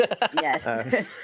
Yes